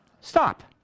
Stop